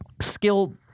skill